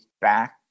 back